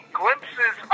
glimpses